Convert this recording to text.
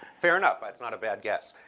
fair enough. that's not a bad guess.